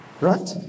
right